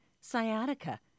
sciatica